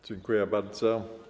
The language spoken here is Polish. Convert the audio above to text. Dziękuję bardzo.